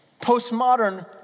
postmodern